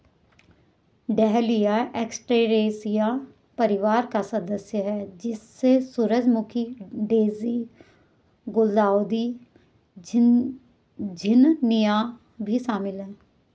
dahlia Asteraceae परिवार का सदस्य है, जिसमें सूरजमुखी, डेज़ी, गुलदाउदी, झिननिया भी शामिल है